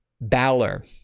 Balor